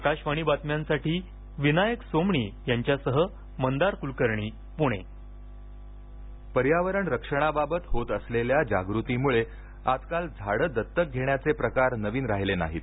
आकाशवाणी बातम्यांसाठी विनायक सोमणी यांच्यासह मंदार कुलकर्णी पुणे इंट्रो झाडं दत्तक पर्यावरण रक्षणाबाबत होत असलेल्या जागृतीमुळे आजकाल झाडं दत्तक घेण्याचे प्रकार नवीन राहिले नाहीत